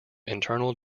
internal